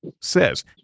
says